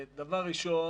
דבר ראשון,